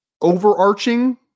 overarching